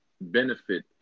benefit